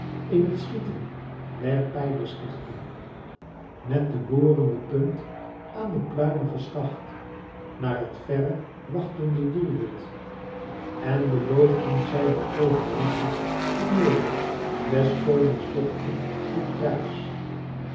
in het schieten der pijleschichten met de borende punt aan den pluimigen schacht naar het verre wachtende doelwit en beloofden zij den overwinnaar iole des konings dochter tot prijs